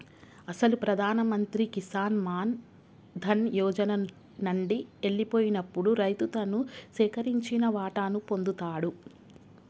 అసలు ప్రధాన మంత్రి కిసాన్ మాన్ ధన్ యోజన నండి ఎల్లిపోయినప్పుడు రైతు తను సేకరించిన వాటాను పొందుతాడు